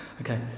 Okay